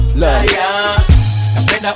love